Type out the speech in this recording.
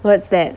what's that